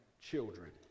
children